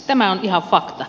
tämä on ihan fakta